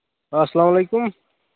اسلام علیٚکُم